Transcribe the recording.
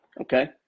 Okay